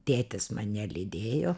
tėtis mane lydėjo